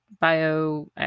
bio